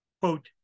Quote